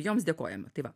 joms dėkojame tai va